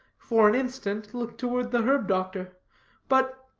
for an instant looked toward the herb-doctor but,